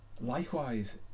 likewise